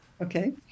Okay